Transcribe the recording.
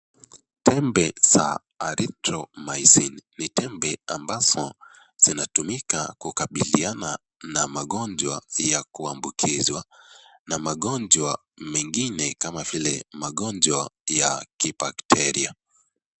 Tembe za Azithromycin ni tembe ambazo zinatumika kukabiliana na magonjwa ya kuambukizwa na magonjwa mengine kama vile magonjwa ya kibakteria.